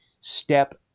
step